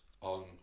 on